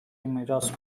miras